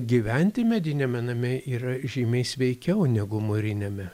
gyventi mediniame name yra žymiai sveikiau negu mūriniame